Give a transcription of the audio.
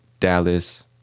Dallas